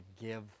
give